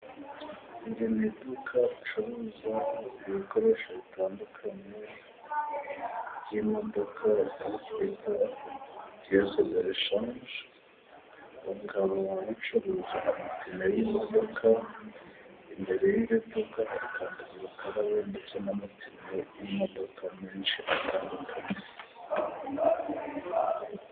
Iri ni iduka ricuruza ibikoresho bitandukanye by'imodoka, aho twita piyesedoreshanje bakaba bacuruza amapine y'imodoka, imbere y'iri duka hari kandagirukarabe ndetse n'amapine y'imodoka menshi atandukanye.